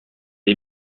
est